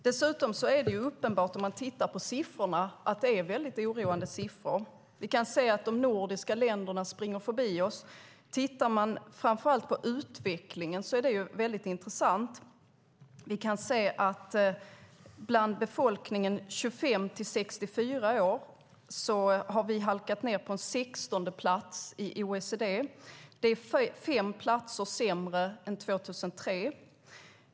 Dessutom är det uppenbart om man tittar närmare att det är väldigt oroande siffror. Vi kan se att de nordiska länderna springer förbi oss. Framför allt är utvecklingen väldigt intressant. Vi kan se att vi med befolkningsgruppen 25-64 år har halkat ned på en sextondeplats i OECD. Det är fem platser sämre än 2003.